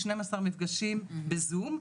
12 מפגשים בזום,